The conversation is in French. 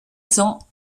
cents